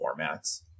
formats